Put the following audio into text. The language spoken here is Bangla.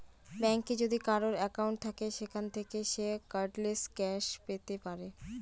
ব্যাঙ্কে যদি কারোর একাউন্ট থাকে সেখান থাকে সে কার্ডলেস ক্যাশ পেতে পারে